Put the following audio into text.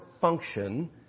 function